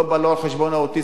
זה לא בא לא על חשבון האוטיסטים,